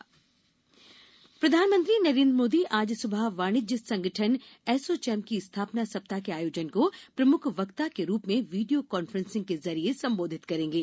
PM ASSOCHAM प्रधानमंत्री नरेंद्र मोदी आज सुबह वाणिज्य संगठन एसोचैम की स्थायपना सप्ताह के आयोजन को प्रमुख वक्ता के रूप में वीडियो कॉन्फ्रॅसिंग के जरिए संबोधित करेंगे